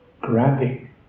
grabbing